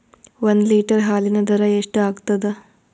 ಒಂದ್ ಲೀಟರ್ ಹಾಲಿನ ದರ ಎಷ್ಟ್ ಆಗತದ?